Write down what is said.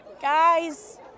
Guys